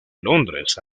londres